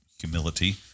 humility